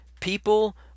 people